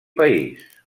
país